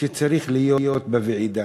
שצריכה להיות בוועידה.